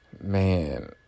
Man